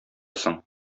соң